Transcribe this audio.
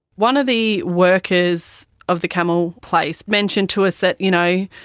one of the workers of the camel place mentioned to us that you know,